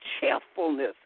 cheerfulness